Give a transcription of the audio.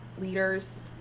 leaders